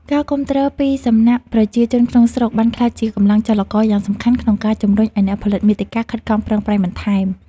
ការគាំទ្រពីសំណាក់ប្រជាជនក្នុងស្រុកបានក្លាយជាកម្លាំងចលករយ៉ាងសំខាន់ក្នុងការជំរុញឱ្យអ្នកផលិតមាតិកាខិតខំប្រឹងប្រែងបន្ថែម។